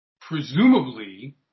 Presumably